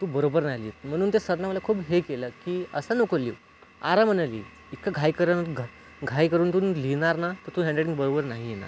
तू बरोबर नाही लिहीत म्हणून ते सरनं मला खूप हे केलं की असं नको लिहू आरामानं लिही इतकं घाई करन घ घाई करून तू लिहिणार ना तर तुझं हँडराईटिंग बरोबर नाही येणार